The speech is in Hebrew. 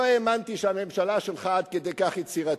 לא האמנתי שהממשלה שלך עד כדי כך יצירתית.